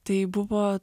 tai buvo